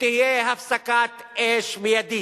שתהיה הפסקת אש מיידית.